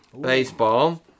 baseball